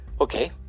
Okay